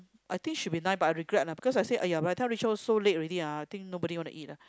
I think should be nine but I regret lah because I said !aiya! by the time reach home so late already ah I think nobody want to eat ah